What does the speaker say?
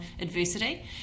adversity